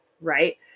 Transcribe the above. right